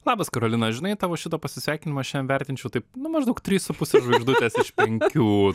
labas karolina žinai tavo šitą pasisveikinimą šiandien vertinčiau taip nu maždaug trys su puse žvaigždutės iš penkių